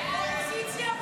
ההצעה